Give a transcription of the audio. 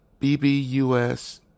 BBUS